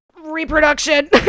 reproduction